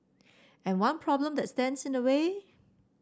and one problem that stands in the way